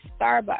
Starbucks